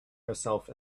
herself